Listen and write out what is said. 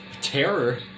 terror